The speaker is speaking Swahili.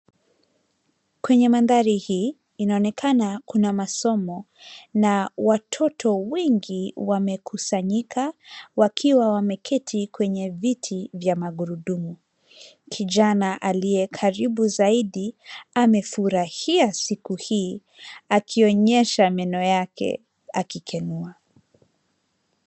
Kwenye mandhari hii inaonekana kuna masomo na watoto wengi wamekusanyika wakiwa wameketi kwenye viti vya magurudumu. Kijana aliye karibu zaidi amefurahia siku hii akionyesha meno yake akikenua.